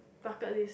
bucket list